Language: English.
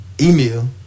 email